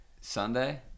sunday